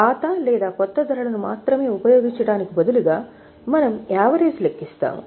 పాత లేదా క్రొత్త ధరలను మాత్రమే ఉపయోగించటానికి బదులుగా మనం వెయిటెడ్ యావరేజ్ లెక్కించాము